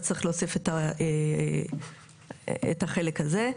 אז צריך להוסיף את החלק הזה.